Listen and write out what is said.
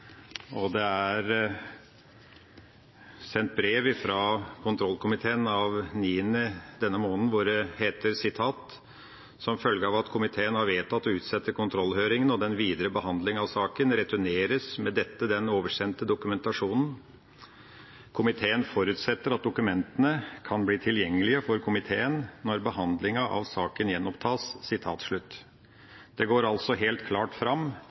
Det er sendt brev av 9. denne måneden fra kontrollkomiteen hvor det heter: «Som følge av at komiteen har vedtatt å utsette kontrollhøringen og den videre behandlingen av saken, returneres med dette den oversendte dokumentasjonen. Komiteen forutsetter at dokumentene kan bli tilgjengelige for komiteen når behandlingen av saken gjenopptas.» Det går helt klart fram